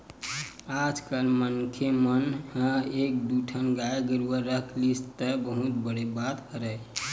आजकल मनखे मन ह एक दू ठन गाय गरुवा रख लिस त बहुत बड़ बात हरय